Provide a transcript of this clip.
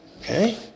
Okay